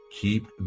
Keep